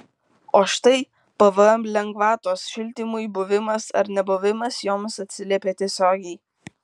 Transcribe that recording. o štai pvm lengvatos šildymui buvimas ar nebuvimas joms atsiliepia tiesiogiai